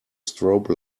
strobe